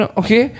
okay